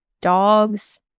dogs